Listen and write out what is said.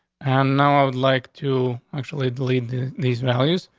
and now i would like to actually delete these values.